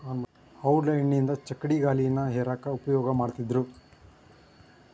ಔಡಲ ಎಣ್ಣಿಯಿಂದ ಚಕ್ಕಡಿಗಾಲಿನ ಹೇರ್ಯಾಕ್ ಉಪಯೋಗ ಮಾಡತ್ತಿದ್ರು